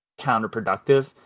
counterproductive